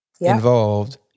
Involved